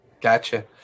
Gotcha